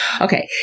Okay